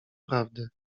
prawdy